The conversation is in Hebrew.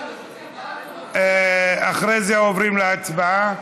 אחרי זה עוברים להצבעה.